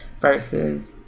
versus